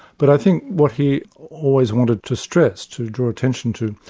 but i think what he always wanted to stress, to draw attention to,